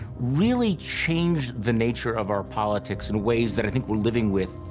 really changed the nature of our politics in ways that i think we're living with,